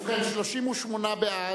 ובכן, 38 בעד,